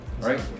Right